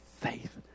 faith